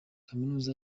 kaminuza